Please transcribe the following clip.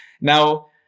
Now